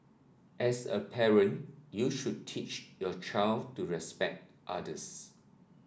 as a parent you should teach your child to respect others